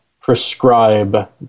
prescribe